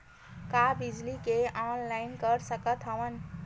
का बिजली के ऑनलाइन कर सकत हव?